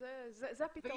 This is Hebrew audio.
זה הפתרון.